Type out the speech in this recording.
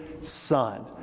Son